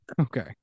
Okay